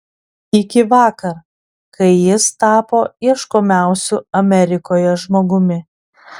iki vakar kai jis tapo ieškomiausiu amerikoje žmogumi